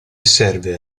serve